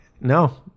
no